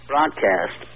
broadcast